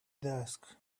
desk